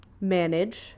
manage